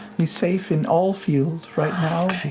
he's safe in alfield right now.